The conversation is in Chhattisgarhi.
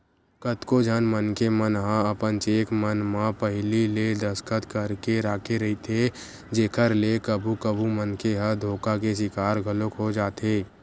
कतको झन मनखे मन ह अपन चेक मन म पहिली ले दस्खत करके राखे रहिथे जेखर ले कभू कभू मनखे ह धोखा के सिकार घलोक हो जाथे